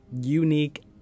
unique